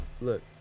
Look